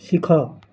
ଶିଖ